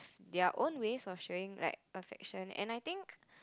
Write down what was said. their own ways of showing like affection and I think